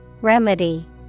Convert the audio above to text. Remedy